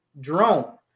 drone